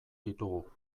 ditugu